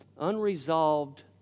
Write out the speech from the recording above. Unresolved